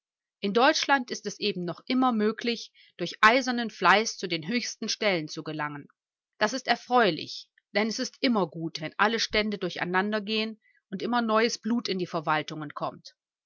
in deutschland ist es eben noch immer möglich durch eisernen fleiß zu den höchsten stellen zu gelangen das ist erfreulich denn es ist immer gut wenn alle stände durcheinander der gehen und immer neues blut in die verwaltungen kommt